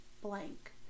blank